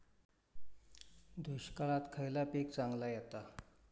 दुष्काळात खयला पीक चांगला येता?